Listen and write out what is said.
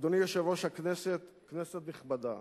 אדוני יושב-ראש הכנסת, כנסת נכבדה,